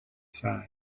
side